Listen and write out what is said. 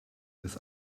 des